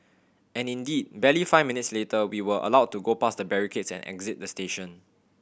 and indeed barely five minutes later we were allowed to go past the barricades and exit the station